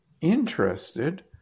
interested